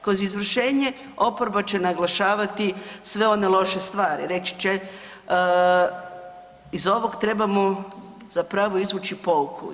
Kroz izvršenje, oporba će naglašavati sve one loše stvari, reći će iz ovog trebamo zapravo izvući pouku.